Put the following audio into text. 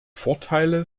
vorteile